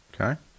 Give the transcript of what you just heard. Okay